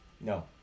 No